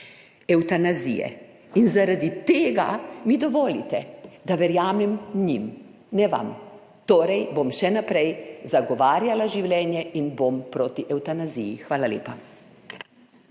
evtanazije. In zaradi tega mi dovolite, da verjamem njim ne vam. Torej bom še naprej zagovarjala življenje in bom proti evtanaziji. Hvala lepa.